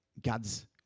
God's